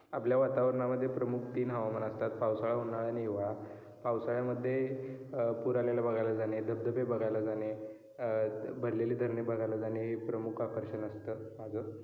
आपल्या वातावरणामध्ये प्रमुख तीन हवामान असतात पावसाळा उन्हाळा आणि हिवाळा पावसाळ्यामध्ये पूर आलेला बघायला जाणे धबधबे बघायला जाणे भरलेली धरणे बघायला जाणे प्रमुख आकर्षण असतं माझं